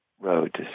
road